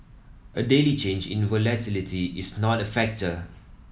a daily change in volatility is not a factor